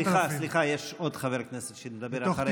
סליחה, יש עוד חבר כנסת שמדבר אחריך.